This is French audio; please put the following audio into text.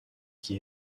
qui